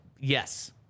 yes